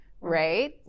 right